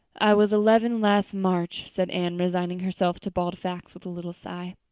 i was eleven last march, said anne, resigning herself to bald facts with a little sigh.